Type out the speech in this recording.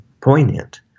poignant